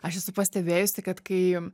aš esu pastebėjusi kad kai